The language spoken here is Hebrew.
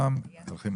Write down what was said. סוכם, הולכים הלאה.